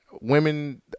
Women